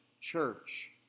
church